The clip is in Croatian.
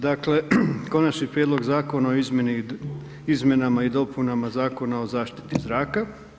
Dakle Konačni prijedlog Zakona o izmjenama i dopunama Zakona o zaštiti zraka.